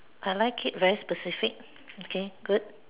I like it very specific okay good